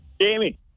Jamie